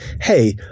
hey